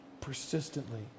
persistently